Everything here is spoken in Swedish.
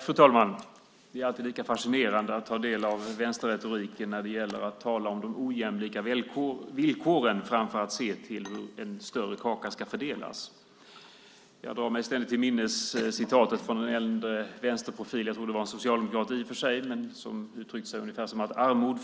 Fru talman! Det är alltid lika fascinerande att ta del av vänsterretoriken när det gäller att tala om de ojämlika villkoren framför att se till hur en större kaka ska fördelas. Jag drar mig ständigt till minnes citatet från en äldre vänsterprofil - jag tror i och för sig att det var en socialdemokrat - som uttryckte sig ungefär så här: Armod